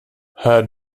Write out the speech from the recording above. her